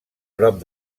prop